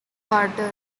carter